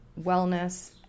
wellness